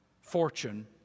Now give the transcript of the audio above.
fortune